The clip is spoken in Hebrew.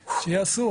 שיעשו,